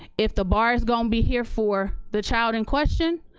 if the bar is gonna be here for the child in question,